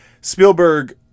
Spielberg